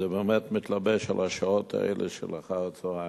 זה באמת מתלבש על השעות האלה של אחר-הצהריים.